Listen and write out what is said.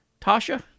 Tasha